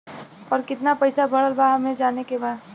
और कितना पैसा बढ़ल बा हमे जाने के बा?